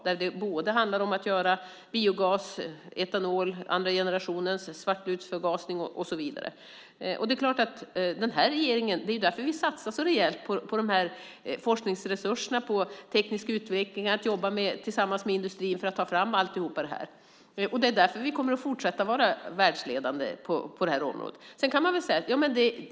Det handlar om att göra biogas, andra generationens etanol, svartlutsförgasning och så vidare. Det är därför den här regeringen satsar så rejält med forskningsresurser på teknisk utveckling, för att kunna jobba tillsammans med industrin med att ta fram allt detta. Det är därför vi kommer att fortsätta att vara världsledande på det här området.